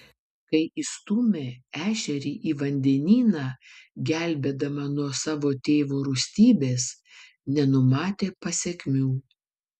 kai įstūmė ešerį į vandenyną gelbėdama nuo savo tėvo rūstybės nenumatė pasekmių